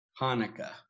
Hanukkah